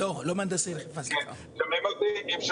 קודם כל